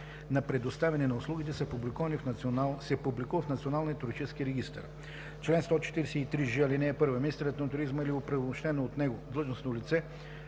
на предоставяне на услугите се публикува в Националния туристически регистър. Чл. 143ж. (1) Министърът на туризма или оправомощено от него длъжностно лице